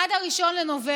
עד 1 בנובמבר.